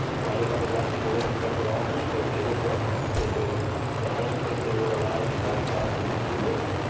why did all the black people live in central long beach? cause it was redlined. it was the only place they were allowed to buy property and to live.